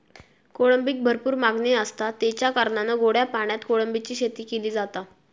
कोळंबीक भरपूर मागणी आसता, तेच्या कारणान गोड्या पाण्यात कोळंबीची शेती केली जाता